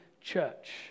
church